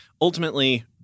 ultimately